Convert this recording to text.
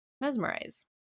mesmerize